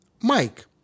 Mike